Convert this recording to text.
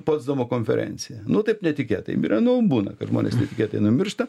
potsdamo konferenciją nu taip netikėtai mirė nu būna kad žmonės netikėtai numiršta